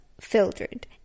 filtered